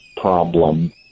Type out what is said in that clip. problem